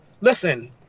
listen